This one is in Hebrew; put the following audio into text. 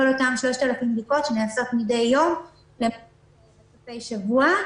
כל אותן 3,000 בדיקות שנעשות מדי יום ומדי שבוע,